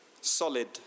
solid